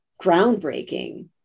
groundbreaking